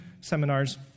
seminars